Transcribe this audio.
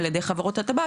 על ידי חברות הטבק,